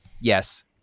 yes